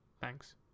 Thanks